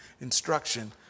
instruction